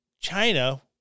China